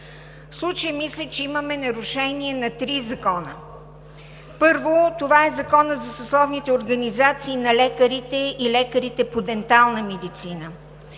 В случая мисля, че имаме нарушение на три закона. Първо, това е Законът за съсловните организации на лекарите и лекарите по дентална медицина,